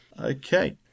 Okay